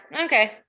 Okay